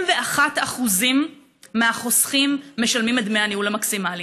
21% מהחוסכים משלמים את דמי הניהול המקסימליים.